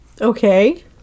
Okay